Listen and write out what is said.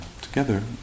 together